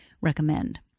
recommend